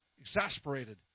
exasperated